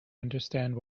understand